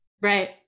Right